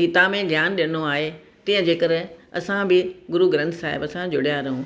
गीता में ज्ञानु ॾिनो आहे तीअं जेकरु असां बि गुरु ग्रंथ साहिब सां जुड़िया रहूं